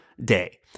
Day